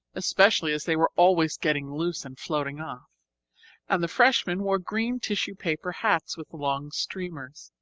especially as they were always getting loose and floating off and the freshmen wore green tissue-paper hats with long streamers.